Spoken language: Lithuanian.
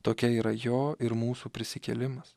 tokia yra jo ir mūsų prisikėlimas